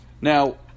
Now